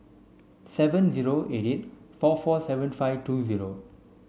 seven zero eight eight four four seven five two zero